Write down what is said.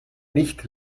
nicht